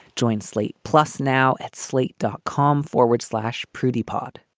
joint slate plus now at slate dot com forward slash prudy pod